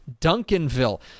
Duncanville